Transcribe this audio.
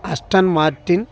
Aston Martin